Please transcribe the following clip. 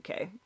UK